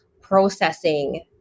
processing